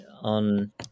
on